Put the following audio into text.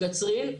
קצרין,